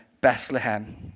Bethlehem